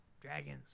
Dragons